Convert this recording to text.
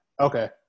okay